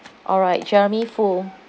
all right jeremy foo